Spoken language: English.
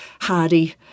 hardy